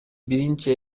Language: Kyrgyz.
биринчи